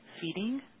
feeding